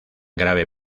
grave